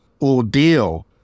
ordeal